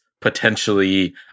potentially